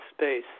space